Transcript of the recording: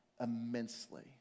immensely